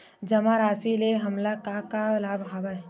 जमा राशि ले हमला का का लाभ हवय?